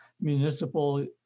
municipal